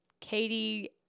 Katie